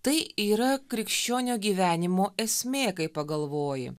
tai yra krikščionio gyvenimo esmė kai pagalvoji